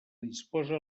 disposa